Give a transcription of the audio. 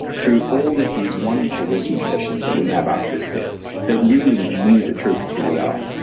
through all of these wonderful wisdom traditions that we have access to that really knew the truth of who we are,